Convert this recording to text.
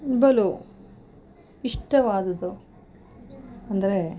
ಬಲು ಇಷ್ಟವಾದದು ಅಂದ್ರೆ